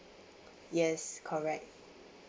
yes correct